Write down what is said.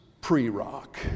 pre-rock